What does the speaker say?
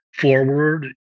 forward